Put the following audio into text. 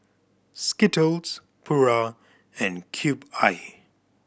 Skittles Pura and Cube I